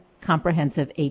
comprehensive